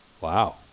Wow